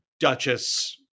duchess